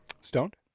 stoned